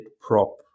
prop